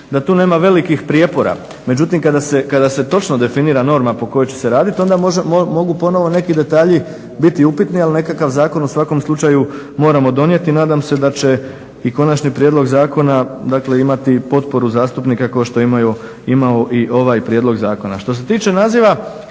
da tu nema velikih prijepora. Međutim, kada se točno definira norma po kojoj će se raditi onda mogu ponovno neki detalji biti upitni, ali nekakav zakon u svakom slučaju moramo donijeti. Nadam se da će i konačni prijedlog zakona dakle imati potporu zastupnika kao što je imao i ovaj prijedlog zakona.